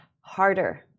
harder